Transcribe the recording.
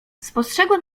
spostrzegłem